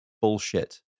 bullshit